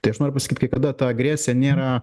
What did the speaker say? tai aš noriu pasakyt kai kada ta agresija nėra